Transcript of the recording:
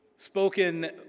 Spoken